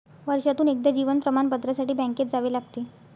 वर्षातून एकदा जीवन प्रमाणपत्रासाठी बँकेत जावे लागते